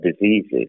diseases